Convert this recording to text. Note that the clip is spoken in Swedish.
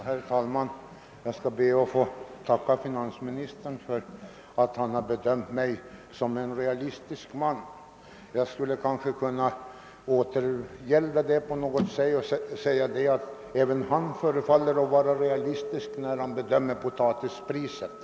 Herr talman! Jag skall be att få tacka finansministern för att han bedömt mig som en realistisk man. Kanske skulle jag kunna återgälda komplimangen och säga att även han förefaller vara realistisk när han bedömer potatispriset.